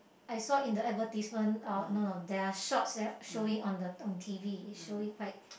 I saw in the advertisement uh no no their shops showing on the on T_V it showing like